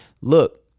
look